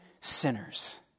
sinners